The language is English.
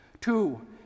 Two